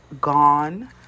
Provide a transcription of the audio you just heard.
gone